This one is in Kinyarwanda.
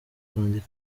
kwandikira